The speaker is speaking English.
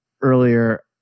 earlier